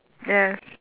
yes